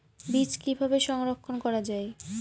বীজ কিভাবে সংরক্ষণ করা যায়?